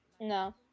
No